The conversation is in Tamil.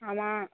ஆமாம்